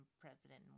president